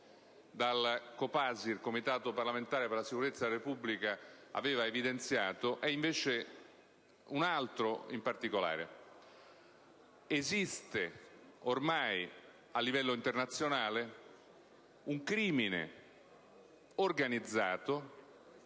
dal Copasir, il Comitato parlamentare per la sicurezza della Repubblica, aveva evidenziato, è invece un altro, in particolare. Esiste, ormai, a livello internazionale un crimine organizzato,